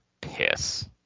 Piss